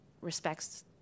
respects